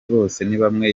bosenibamwe